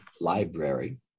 Library